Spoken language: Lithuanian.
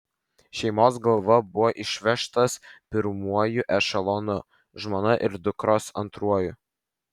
šeimos galva buvo išvežtas pirmuoju ešelonu žmona ir dukros antruoju